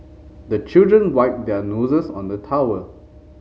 the children wipe their noses on the towel